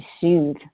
soothe